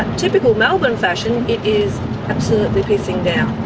typical melbourne fashion it is absolutely pissing down.